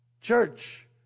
Church